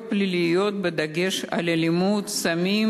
פליליות, בדגש על אלימות וסמים,